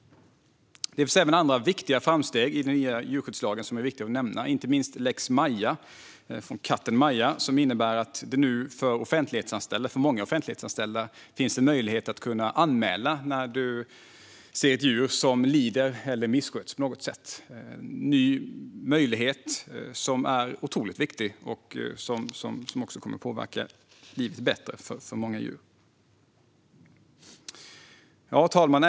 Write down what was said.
Det finns även andra viktiga framsteg i den nya lagen som är värda att nämna, inte minst lex Maja, efter katten Maja, som innebär att det nu för många offentliganställda finns möjlighet att anmäla då man ser att ett djur lider eller missköts på något sätt. Det är en ny möjlighet som är otroligt viktig och som kommer att kunna göra livet bättre för många djur. Fru talman!